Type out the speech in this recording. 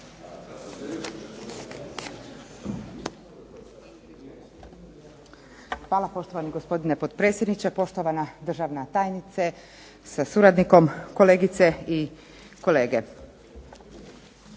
Hvala poštovani gospodine potpredsjedniče. Poštovana državna tajnice sa suradnikom, kolegice i kolege.